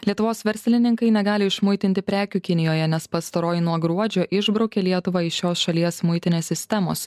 lietuvos verslininkai negali išmuitinti prekių kinijoje nes pastaroji nuo gruodžio išbraukė lietuvą iš šios šalies muitinės sistemos